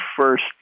first